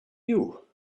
you